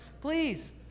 please